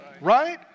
right